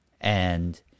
and-